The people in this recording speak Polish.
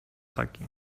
taki